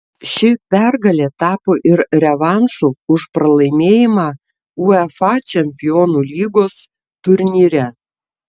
ši pergalė tapo ir revanšu už pralaimėjimą uefa čempionų lygos turnyre